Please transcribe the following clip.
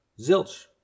Zilch